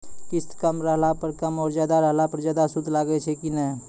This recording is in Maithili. किस्त कम रहला पर कम और ज्यादा रहला पर ज्यादा सूद लागै छै कि नैय?